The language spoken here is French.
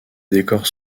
décor